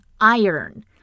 iron